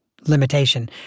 limitation